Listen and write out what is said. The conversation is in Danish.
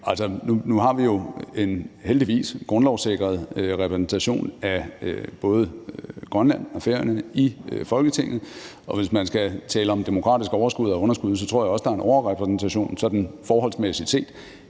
Nu har vi jo heldigvis en grundlovssikret repræsentation af både Grønland og Færøerne i Folketinget, og hvis man skal tale om demokratisk overskud eller underskud, tror jeg, der er en overrepræsentation sådan forholdsmæssigt set.